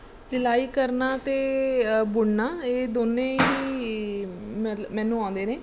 ਸਿਲਾਈ ਕਰਨਾ ਅਤੇ ਬੁਣਨਾ ਇਹ ਦੋਨੇ ਹੀ ਮੈਨੂੰ ਆਉਂਦੇ ਨੇ